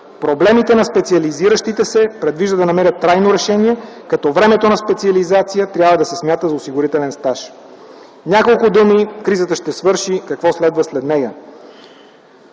Проблемите на специализиращите се предвиждат да намерят трайно решение, като времето на специализация трябва да се смята за осигурителен стаж. Няколко думи: кризата ще свърши, какво следва след нея?